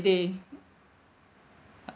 they